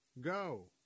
go